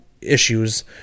Issues